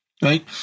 Right